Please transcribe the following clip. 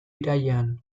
irailean